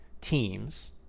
teams